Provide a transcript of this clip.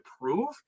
prove